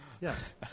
Yes